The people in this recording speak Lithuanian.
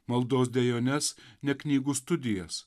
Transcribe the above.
maldos dejones ne knygų studijas